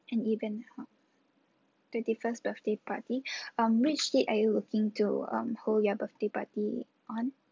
an event twenty first birthday party um which date are you looking to um hold your birthday party on